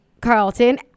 Carlton